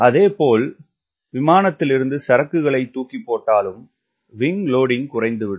அதே போல் விமானத்திலிருந்து சரக்குகளை தூக்கிப்போட்டாலும் விங்க் லோடிங்க் குறைந்துவிடும்